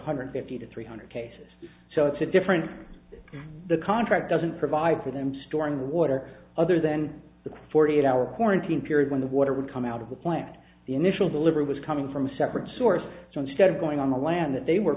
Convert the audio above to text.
hundred fifty to three hundred cases so it's a different the contract doesn't provide for them storing the water other than the quality of our quarantine period when the water would come out of the plant the initial delivery was coming from a separate source so instead of going on the land that they were